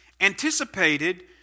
anticipated